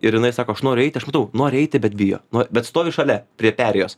ir jinai sako aš noriu eiti aš matau nori eiti bet bijo nu bet stovi šalia prie perėjos